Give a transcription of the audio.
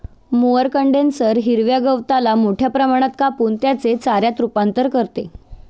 mower condenser हिरव्या गवताला मोठ्या प्रमाणात कापून त्याचे चाऱ्यात रूपांतर करते